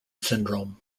syndrome